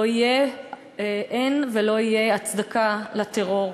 אין ולא תהיה הצדקה לטרור.